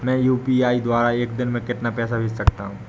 मैं यू.पी.आई द्वारा एक दिन में कितना पैसा भेज सकता हूँ?